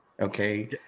Okay